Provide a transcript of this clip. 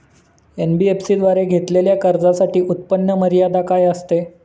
NBFC द्वारे घेतलेल्या कर्जासाठी उत्पन्न मर्यादा काय असते?